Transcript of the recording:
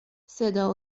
صدا